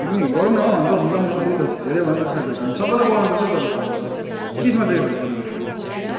picnic गरौँ न हौ अन्त मिलाउन हौ त्यही त धेरै भयो नि त साथीहरूसँग सबैलाई बोलाउनु पर्छ है तर केसँग दिएको छ पिकनिक अँ